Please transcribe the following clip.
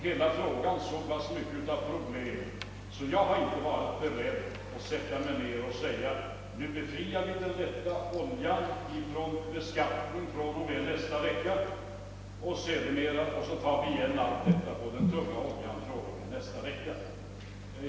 Hela frågan rymmer så många problem att jag inte har varit beredd att säga: Nu befriar vi den lätta oljan från beskattning från och med nästa vecka och så tar vi igen skattebortfallet på den tjocka oljan.